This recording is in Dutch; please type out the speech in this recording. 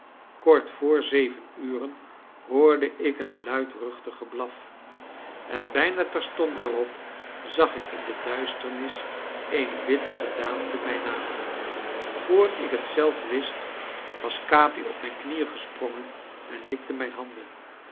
kort vr zeven uren hoorde ik een luidruchtig geblaf en bijna terstond daarop zag ik in de duisternis eene witte gedaante mij naderen vr ik het zelf wist was capi op mijn knieën gesprongen en likte mijne handen